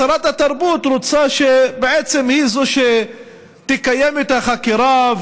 שרת התרבות רוצה שבעצם היא שתקיים את החקירה,